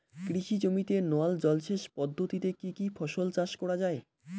কৃষি জমিতে নল জলসেচ পদ্ধতিতে কী কী ফসল চাষ করা য়ায়?